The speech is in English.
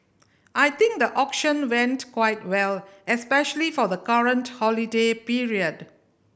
I think the auction went quite well especially for the current holiday period